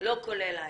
לא כולל ההתנצלות.